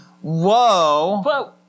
Whoa